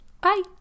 Bye